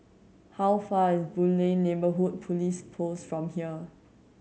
how far is Boon Lay Neighbourhood Police Post from here